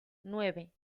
nueve